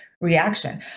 reaction